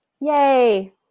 Yay